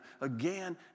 again